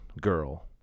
girl